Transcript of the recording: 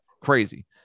crazy